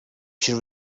should